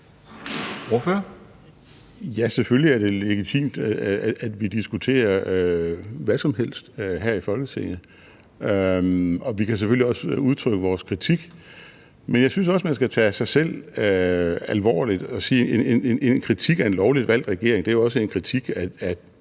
(LA): Ja, selvfølgelig er det legitimt, at vi diskuterer hvad som helst her i Folketinget. Og vi kan selvfølgelig også udtrykke vores kritik. Men jeg synes også, man skal tage sig selv alvorligt og sige, at en kritik af en lovligt valgt regering jo også er en kritik af